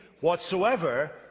whatsoever